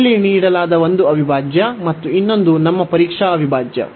ಇಲ್ಲಿ ನೀಡಲಾದ ಒಂದು ಅವಿಭಾಜ್ಯ ಮತ್ತು ಇನ್ನೊಂದು ನಮ್ಮ ಮಾದರಿ ಅವಿಭಾಜ್ಯ